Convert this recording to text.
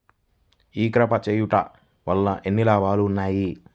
ఈ క్రాప చేయుట వల్ల ఎన్ని లాభాలు ఉన్నాయి?